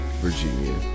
Virginia